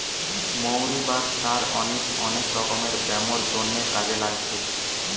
মৌরি বা star anise অনেক রকমের ব্যামোর জন্যে কাজে লাগছে